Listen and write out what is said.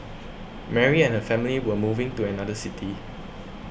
Mary and her family were moving to another city